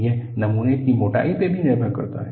यह नमूने की मोटाई पर भी निर्भर करता है